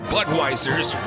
Budweiser's